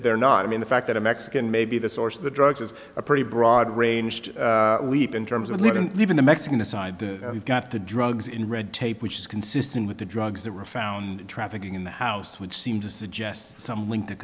they're not i mean the fact that a mexican may be the source of the drugs is a pretty broad ranged leap in terms of living even the mexican side got the drugs in red tape which is consistent with the drugs that were found trafficking in the house which seem to suggest some link to